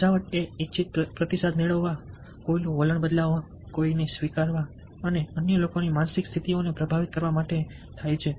સમજાવટ એ ઇચ્છિત પ્રતિસાદ મેળવવા કોઈનું વલણ બદલવા કોઈકને સ્વીકારવા અન્ય લોકોની માનસિક સ્થિતિઓને પ્રભાવિત કરવા માટે થાય છે